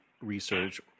research